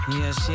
yes